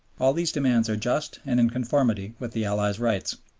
all these demands are just and in conformity with the allies' rights.